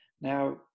Now